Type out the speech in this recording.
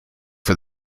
for